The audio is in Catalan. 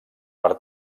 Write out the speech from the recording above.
per